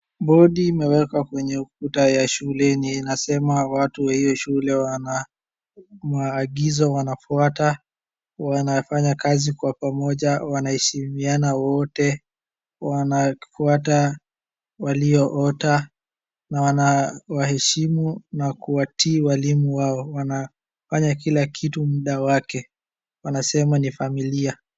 Bodi imewekwa kwenye ukuta ya shule yenye inasema watu wa hiyo shule wana maagizo wanafwata, wanafanya kazi kwa pamoja, wanaheshimiana wote, wanafuata walioota na wanawaheshimu na kuwatii walimu wao wanafanya kila kitu muda wake. Wanasema ni familia.